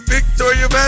Victoria